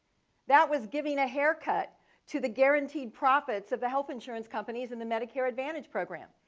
that was giving a haircut to the guaranteed profits of the health insurance companies and the medicare advantage program,